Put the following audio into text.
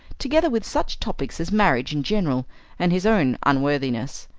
together with such topics as marriage in general and his own unworthiness.